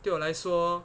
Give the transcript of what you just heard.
对我来说